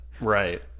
right